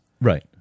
Right